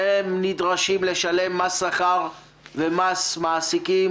הם נדרשים לשלם מס שכר ומס מעסיקים,